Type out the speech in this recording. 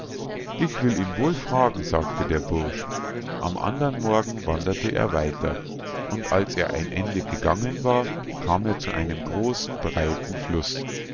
ich will ihn wohl fragen sagte der bursch am andern morgen wanderte er weiter und als er ein ende gegangen war kam er zu einem großen breiten fluß